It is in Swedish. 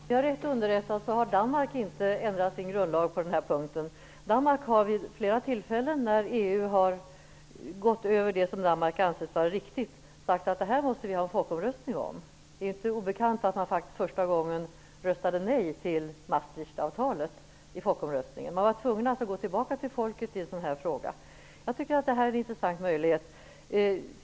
Herr talman! Om jag är rätt underrättad har Danmark inte ändrat sin grundlag på den här punkten. Danmark har vid flera tillfällen, när EU gått över det som Danmark ansett vara riktigt, sagt att det här måste vi ha en folkomröstning om. Det är inte obekant att man faktiskt första gången röstade nej till Maastrichtavtalet i folkomröstningen. Man var alltså tvungen att gå tillbaka till folket i en sådan fråga. Jag tycker att detta är en intressant möjlighet.